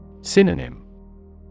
Synonym